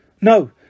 No